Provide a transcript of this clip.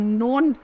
known